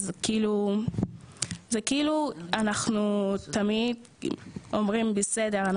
אז זה כאילו אנחנו תמיד אומרים בסדר,